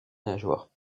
nageoires